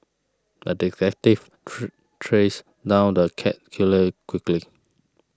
the detective trace down the cat killer quickly